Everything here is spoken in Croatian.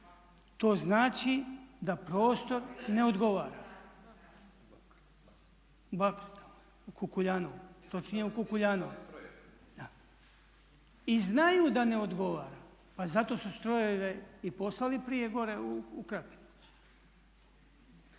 …/Upadica se ne čuje./… Da. I znaju da ne odgovara. Pa zato su strojeve i poslali prije gore u Krapinu.